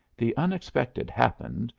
the unexpected happened,